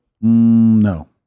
No